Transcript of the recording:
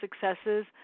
successes